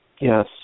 Yes